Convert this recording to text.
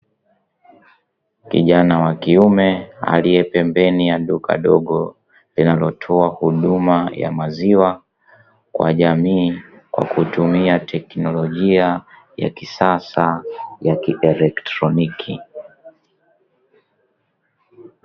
Kijana mwanaume aliye pembeni ya duka dogo inayotoa huduma ya maziwa kwa jamii, kwa kutumia teknolojia ya kisasa ya kielektroniki.